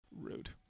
Rude